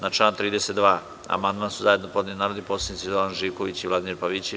Na član 32. amandman su zajedno podneli narodni poslanici Zoran Živković i Vladimir Pavićević.